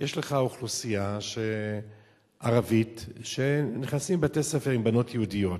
יש לך אוכלוסייה ערבית שנכנסת לבתי-ספר עם בנות יהודיות.